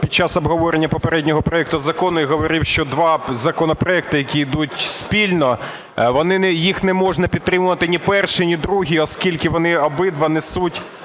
під час обговорення попереднього проекту закону і говорив, що два законопроекти, які йдуть спільно, їх не можна підтримувати, ні перший, ні другий, оскільки вони обидва не несуть